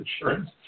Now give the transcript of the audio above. insurance